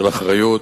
של אחריות,